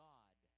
God